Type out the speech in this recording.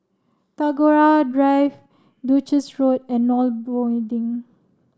Tagore Drive Duchess Road and NOL Building